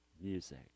music